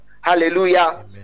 hallelujah